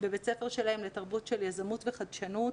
בבית הספר שלהם לתרבות של יזמות וחדשנות,